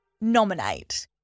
Nominate